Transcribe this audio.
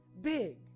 big